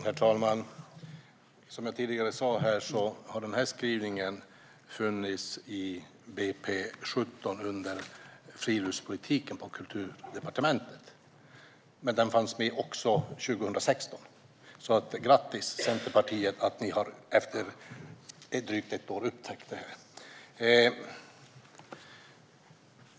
Herr talman! Som jag sa tidigare har skrivningen funnits i budgetpropositionen för 2017 under friluftspolitiken på Kulturdepartementet. Men den fanns med också 2016. Grattis, Centerpartiet, till att ni har upptäckt det efter drygt ett år!